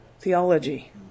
theology